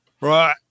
Right